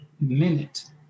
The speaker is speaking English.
minute